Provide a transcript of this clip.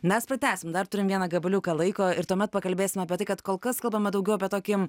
mes pratęsim dar turim vieną gabaliuką laiko ir tuomet pakalbėsime apie tai kad kol kas kalbame daugiau apie tokį